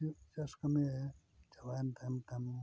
ᱤᱧᱟᱹᱜ ᱪᱟᱥ ᱠᱟᱹᱢᱤ ᱪᱟᱵᱟᱭᱮᱱ ᱛᱟᱭᱚᱢ ᱛᱟᱭᱚᱢ